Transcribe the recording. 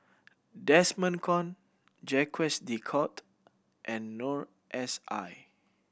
Desmond Kon Jacques De Coutre and Noor S I